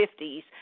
50s